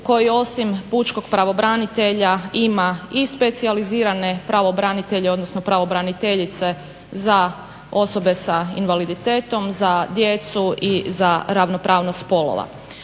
koji osim pučkog pravobranitelja ima i specijalizirane pravobranitelje, odnosno pravobraniteljice za osobe s invaliditetom, za djecu i za ravnopravnost spolova.